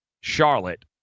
Charlotte